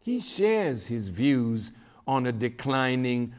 he shares his views on a declining